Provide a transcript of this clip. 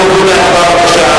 אנחנו עוברים להצבעה.